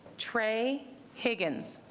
trey higgins